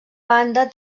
banda